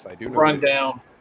rundown